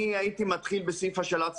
אני הייתי מתחיל בסעיף השאלת הספרים.